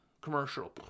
commercial